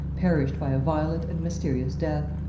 perished by a violent and mysterious death.